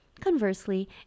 Conversely